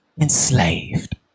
enslaved